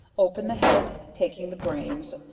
open the head, taking the brains,